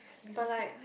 but like